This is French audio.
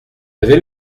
avez